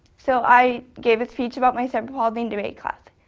so i gave a speech about my cerebral palsy in debate class.